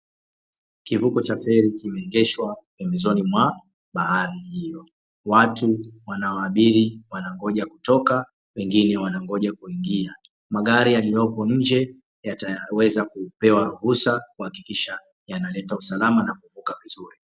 Kivuko cha ferry kimeegeshwa pembezoni mwa bahari hiyo, watu wanaoabiri wanangoja kutoka wengine wanangoja kuingia, magari yaliyoko nje yataweza kupewa ruhusa kuhakikisha yanaleta usalama na kuvuka vizuri.